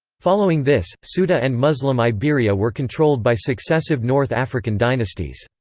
following this, so ceuta and muslim iberia were controlled by successive north african dynasties.